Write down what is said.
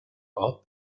hop